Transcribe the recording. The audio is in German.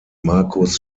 markus